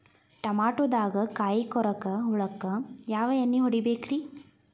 ಟಮಾಟೊದಾಗ ಕಾಯಿಕೊರಕ ಹುಳಕ್ಕ ಯಾವ ಎಣ್ಣಿ ಹೊಡಿಬೇಕ್ರೇ?